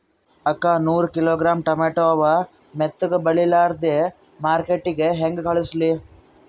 ಅಕ್ಕಾ ನೂರ kilogram tomato ಅವ, ಮೆತ್ತಗಬಡಿಲಾರ್ದೆ ಮಾರ್ಕಿಟಗೆ ಹೆಂಗ ಕಳಸಲಿ?